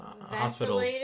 hospitals